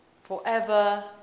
forever